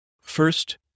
First